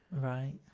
Right